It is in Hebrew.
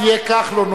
תהיה כחלון,